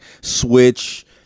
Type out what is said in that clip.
Switch